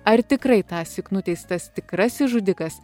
ar tikrai tąsyk nuteistas tikrasis žudikas